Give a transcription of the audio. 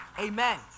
amen